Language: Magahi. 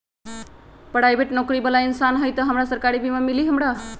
पराईबेट नौकरी बाला इंसान हई त हमरा सरकारी बीमा मिली हमरा?